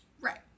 Right